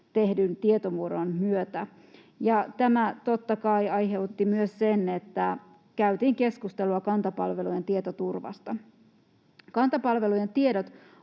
tehdyn tietomurron myötä, ja tämä totta kai aiheutti myös sen, että käytiin keskustelua Kanta-palvelujen tietoturvasta. Kanta-palvelujen tiedot